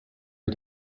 you